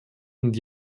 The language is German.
und